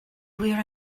wir